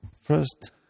first